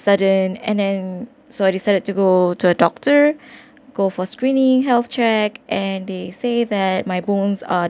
sudden and then so I decided to go to a doctor go for screening health check and they say that my bones are